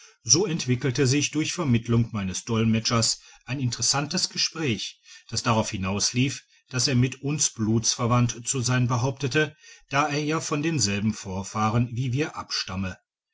so entwickelte sich durch vermittlung meines dolmetschers ein interessantes gespräch das darauf hinauslief dass er mit uns blutsverwandt zu sein behauptete da er ja von denselben vorfahren wie wir abstamme